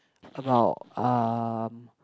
about um